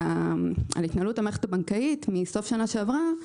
התנהלות המערכת הבנקאית מסוף השנה שעברה,